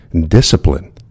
Discipline